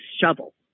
shovel